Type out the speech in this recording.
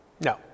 No